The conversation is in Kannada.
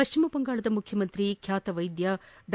ಪಶ್ಚಿಮ ಬಂಗಾಳದ ಮುಖ್ಯಮಂತ್ರಿ ಖ್ಯಾತ ವೈದ್ಯರಾಗಿದ್ದ ಡಾ